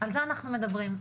על זה אנחנו מדברים,